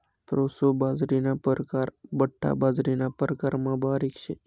proso बाजरीना परकार बठ्ठा बाजरीना प्रकारमा बारीक शे